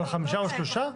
על החמישה או שלושה?